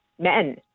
men